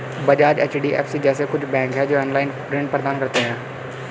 Bajaj, HDFC जैसे कुछ bank है, जो ऑनलाईन ऋण प्रदान करते हैं